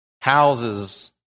houses